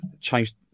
changed